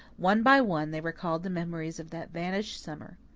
one by one they recalled the memories of that vanished summer.